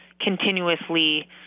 continuously